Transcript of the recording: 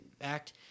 act